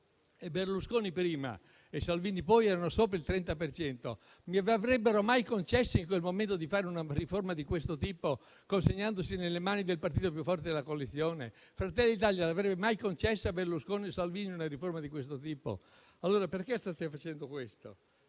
e Berlusconi prima e Salvini poi erano al di sopra il 30 per cento. Vi avrebbero mai concesso in quel momento di fare una riforma di questo tipo, consegnandosi nelle mani del partito più forte della coalizione? Fratelli d'Italia avrebbe mai concesso a Berlusconi o Salvini una riforma di questo tipo? Perché state facendo questo?